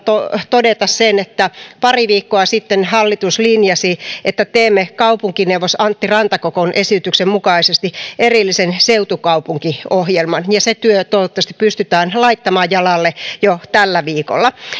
todeta että pari viikkoa sitten hallitus linjasi että teemme kaupunkineuvos antti rantakokon esityksen mukaisesti erillisen seutukaupunkiohjelman ja se työ toivottavasti pystytään laittamaan jalalle jo tällä viikolla